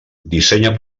dissenya